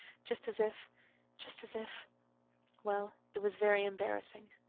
just as if just as if well, it was very embarrassing.